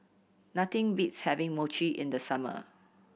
nothing beats having Mochi in the summer